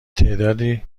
تعدادی